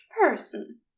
person